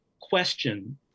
question